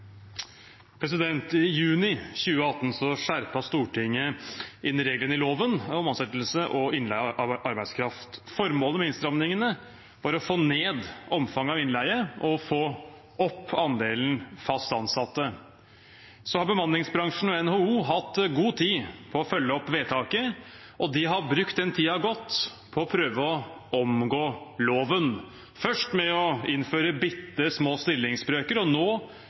I juni 2018 skjerpet Stortinget inn reglene i loven om ansettelse og innleie av arbeidskraft. Formålet med innstrammingene var å få ned omfanget av innleie og få opp andelen fast ansatte. Bemanningsbransjen og NHO har hatt god tid til å følge opp vedtaket, og de har brukt den tiden godt på å prøve å omgå loven – først med å innføre bitte små stillingsbrøker og nå